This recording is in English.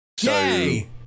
Yay